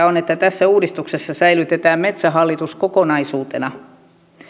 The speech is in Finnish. on että tässä uudistuksessa säilytetään metsähallitus kokonaisuutena